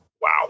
Wow